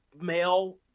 male